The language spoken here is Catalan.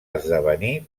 esdevenir